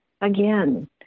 again